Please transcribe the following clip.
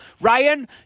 Ryan